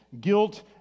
guilt